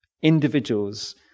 individuals